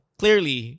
clearly